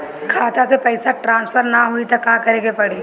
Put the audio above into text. खाता से पैसा टॉसफर ना होई त का करे के पड़ी?